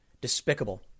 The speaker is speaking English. Despicable